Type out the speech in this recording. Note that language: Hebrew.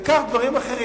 וכך גם דברים אחרים.